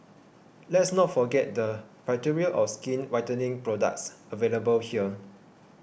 let's not forget the plethora of skin whitening products available here